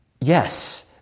yes